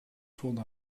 voelde